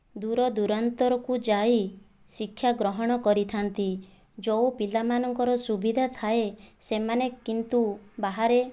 ଦୂରଦୂରାନ୍ତରକୁ ଯାଇ ଶିକ୍ଷାଗ୍ରହଣ କରିଥାନ୍ତି ଯେଉଁ ପିଲାମାନଙ୍କର ସୁବିଧା ଥାଏ ସେମାନେ କିନ୍ତୁ ବାହାରେ